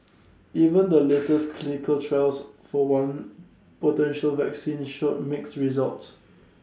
even the latest clinical trials for one potential vaccine showed mixed results